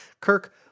Kirk